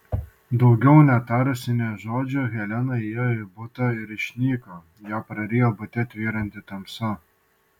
daugiau netarusi nė žodžio helena įėjo į butą ir išnyko ją prarijo bute tvyranti tamsa